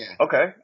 okay